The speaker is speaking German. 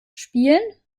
spielen